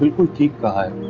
will buy